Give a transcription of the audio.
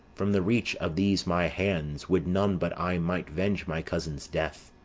from the reach of these my hands. would none but i might venge my cousin's death!